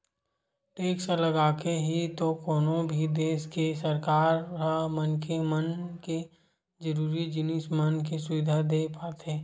tax लगाके ही तो कोनो भी देस के सरकार ह मनखे मन के जरुरी जिनिस मन के सुबिधा देय पाथे